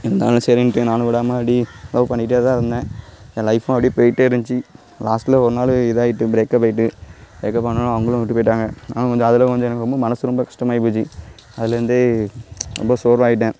இருந்தாலும் சரின்ட்டு நானும் விடாமல் அப்படி லவ் பண்ணிகிட்டே தான் இருந்தேன் என் லைஃபும் அப்படியே போய்கிட்டே இருந்துச்சி லாஸ்ட்டில் ஒரு நாள் இதாகிட்டு ப்ரேக்கப் ஆகிட்டு கேட்க போனால் அவர்களும் விட்டு போய்விட்டாங்க நான் கொஞ்சம் அதில் கொஞ்சம் எனக்கு ரொம்ப மனது ரொம்ப கஷ்டமாகி போச்சு அதுலேருந்தே ரொம்ப சோர்வாகிட்டேன்